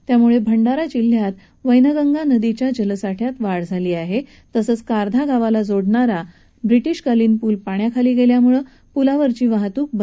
त्यामुळे भंडारा जिल्ह्यातली वैनगंगा नदीच्या जलसाठ्यात वाढ झाली आहे तसंच कारधा गावाला जोडणारा व्रिटीशकालीन पूल पाण्याखाली गेल्यामुळे पुलावरची वाहतूक बंद केली आहे